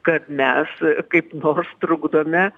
kad mes kaip nors trukdome